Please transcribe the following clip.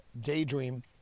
Daydream